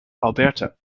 alberta